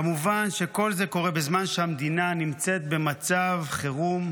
כמובן שכל זה קורה בזמן שהמדינה נמצאת במצב חירום,